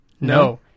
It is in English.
No